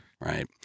Right